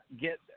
get